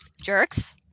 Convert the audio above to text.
jerks